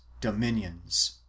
dominions